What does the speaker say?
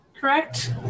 Correct